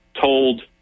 told